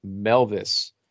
Melvis